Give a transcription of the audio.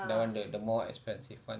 that [one] the the more expensive one